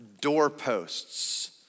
doorposts